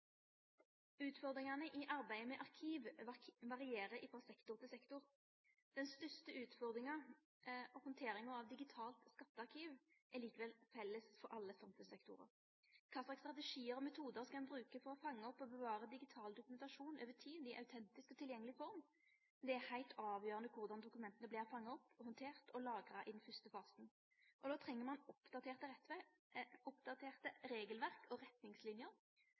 Utfordringane i arbeidet med arkiv varierer frå sektor til sektor. Den største utfordringa, handteringa av digitalt skattearkiv, er likevel felles for alle samfunnssektorar: kva slags strategiar og metodar ein skal bruke for å fange opp og bevare digital dokumentasjon over tid i autentisk og tilgjengeleg form. Det er heilt avgjerande korleis dokumenta vert fanga opp, handtert og lagra i den første fasen. Då treng ein oppdaterte regelverk og retningslinjer,